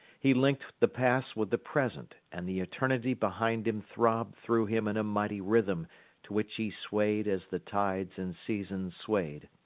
he linked the past with the present, and the eternity behind him throbbed through him in a mighty rhythm to which he swayed as the tides and seasons swayed.